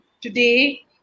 today